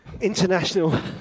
international